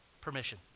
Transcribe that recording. permission